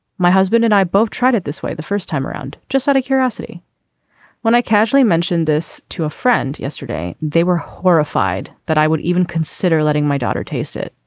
my husband and i both tried it this way the first time around just out of curiosity when i casually mentioned this to a friend yesterday they were horrified that i would even consider letting my daughter taste it.